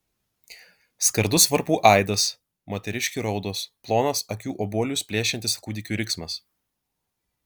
skardus varpų aidas moteriškių raudos plonas akių obuolius plėšiantis kūdikių riksmas